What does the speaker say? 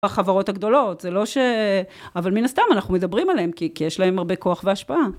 החברות הגדולות, זה לא ש.. אבל מן הסתם, אנחנו מדברים עליהם, כי יש להם הרבה כוח והשפעה.